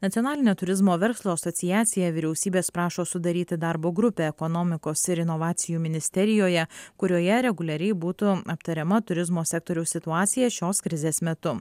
nacionalinė turizmo verslo asociacija vyriausybės prašo sudaryti darbo grupę ekonomikos ir inovacijų ministerijoje kurioje reguliariai būtų aptariama turizmo sektoriaus situacija šios krizės metu